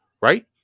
right